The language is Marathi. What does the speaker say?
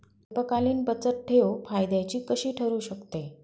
अल्पकालीन बचतठेव फायद्याची कशी ठरु शकते?